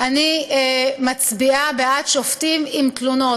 אני מצביעה בעד שופטים עם תלונות.